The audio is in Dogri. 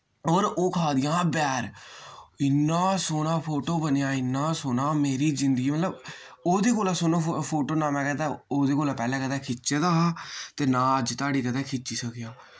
और ओह् खा दियां हां बैर इ'न्ना सोह्ना फोटो बनेआ इ'न्ना सोह्ना मेरी जिंदगी मतलब ओह्दे कोला सोह्ना फोटो ना मैं कदै उ'दे कोला पैह्लै कदै खिच्चे दा हा ते ना अज्ज धोड़ी कदैं खिच्ची सकेआ